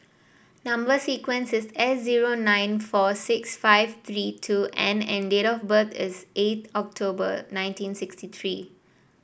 number sequence is S zero nine four six five three two N and date of birth is eighth October nineteen sixty three